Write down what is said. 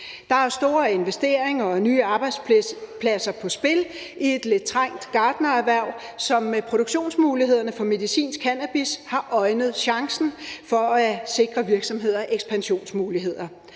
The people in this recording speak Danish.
Der er store investeringer og nye arbejdspladser på spil i et lidt trængt gartnererhverv, som i forhold til produktionsmulighederne for medicinsk cannabis har øjnet chancen for at sikre virksomhederne ekspansionsmuligheder.